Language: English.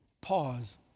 pause